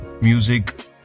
music